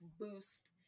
boost